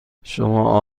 شما